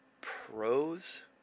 Pro's